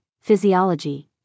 physiology